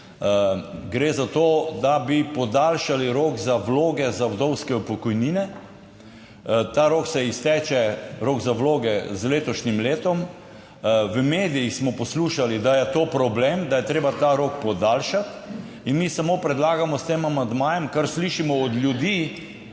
Gre za to, da bi podaljšali rok za vloge za vdovske pokojnine. Ta rok se izteče, rok za vloge z letošnjim letom. V medijih smo poslušali, da je to problem, da je treba ta rok podaljšati. In mi samo predlagamo s tem amandmajem, kar slišimo od ljudi,